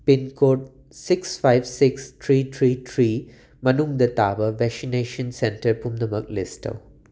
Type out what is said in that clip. pin code six ꯐꯥꯏꯕ six three three three ꯃꯅꯨꯡꯗ ꯇꯥꯕ ꯕꯦꯛꯁꯤꯅꯦꯁꯟ ꯁꯦꯟꯇꯔ ꯄꯨꯝꯅꯃꯛ ꯂꯤꯁ ꯇꯧ